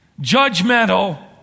judgmental